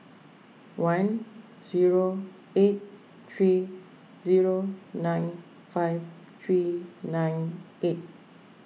one zero eight three zero nine five three nine eight